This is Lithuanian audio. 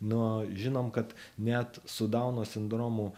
nu žinom kad net su dauno sindromu